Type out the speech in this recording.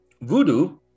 Voodoo